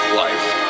life